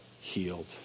healed